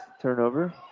turnover